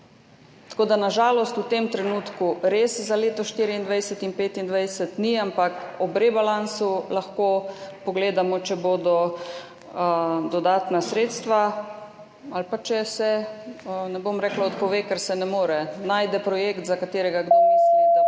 Tako da na žalost v tem trenutku res za leti 2024 in 2025 ni, ampak ob rebalansu lahko pogledamo, če bodo dodatna sredstva ali pa če se – ne bom rekla odpove, ker se ne more – najde projekt, za katerega kdo misli, da